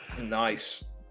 Nice